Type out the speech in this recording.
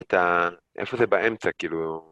איפה זה באמצע? כאילו